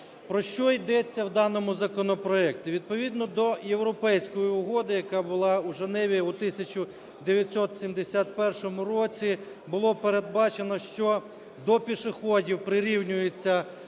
Про що йдеться в даному законопроекті? Відповідно до Європейської угоди, яка була у Женеві у 1971 році, було передбачено, що до пішоходів прирівнюються